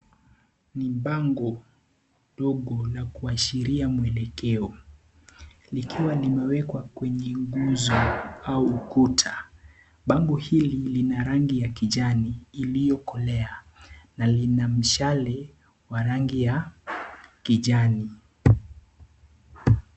Ni bango dogo la kuashiria mwelekeo likiwa limewekwa kwenye nguzo au ukuta. Bango hili lina rangi ya kijani iliyokolea na lina mshale wa rangi ya kijani.